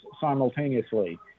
simultaneously